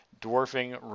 dwarfing